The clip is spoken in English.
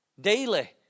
Daily